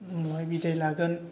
बिदाय लागोन